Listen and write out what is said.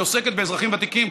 שהיא עוסקת באזרחים ותיקים,